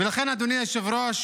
ולכן, אדוני היושב-ראש,